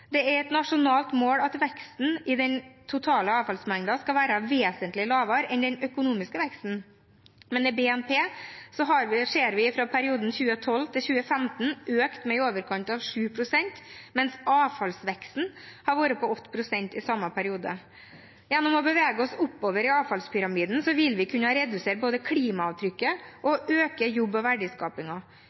Det er et nasjonalt mål at veksten i den totale avfallsmengden skal være vesentlig lavere enn den økonomiske veksten, men vi ser at BNP i perioden 2012–2015 økte med i overkant av 7 pst., mens avfallsveksten har vært på 8 pst. i samme periode. Gjennom å bevege oss oppover i avfallspyramiden vil vi både kunne redusere klimaavtrykket og øke jobb- og